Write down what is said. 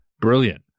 brilliant